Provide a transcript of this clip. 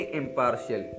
impartial